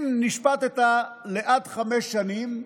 אם נשפטת עד חמש שנים,